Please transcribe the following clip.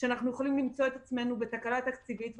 שאנחנו יכולים למצוא את עצמנו בתקלה תקציבית,